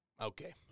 Okay